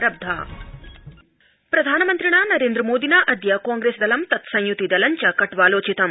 प्रधानमन्त्री प्रधानमन्त्रिणा नरेन्द्रमोदिना अद्य कांप्रेस्दलं तत्संयुतिदलं च कट्वालोचितम्